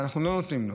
ואנחנו לא נותנים להם.